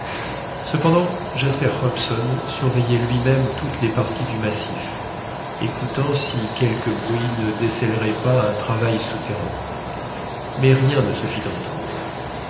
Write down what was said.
cependant jasper hobson surveillait lui-même toutes les parties du massif écoutant si quelque bruit ne décèlerait pas un travail souterrain mais rien ne se fit entendre